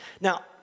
Now